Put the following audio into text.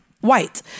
white